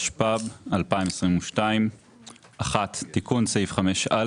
התשפ"ב-2022 תיקון סעיף 5א